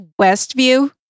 Westview